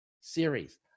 series